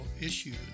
issues